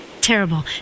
Terrible